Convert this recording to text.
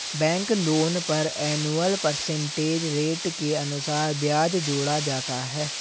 bank loan पर annual percentage rate के अनुसार ब्याज जोड़ा जाता है